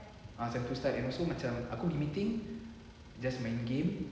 ah sem two start habis tu macam aku gi meeting just main game